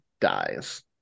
dies